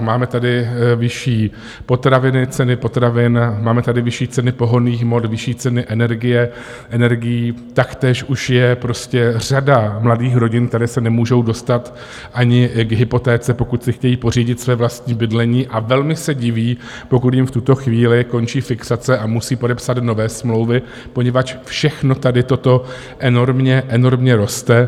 Máme tady vyšší ceny potravin, máme tady vyšší ceny pohonných hmot, vyšší ceny energií, taktéž už je prostě řada mladých rodin, které se nemůžou dostat ani k hypotéce, pokud si chtějí pořídit své vlastní bydlení, a velmi se diví, pokud jim v tuto chvíli končí fixace a musí podepsat nové smlouvy, poněvadž všechno tady toto enormně roste.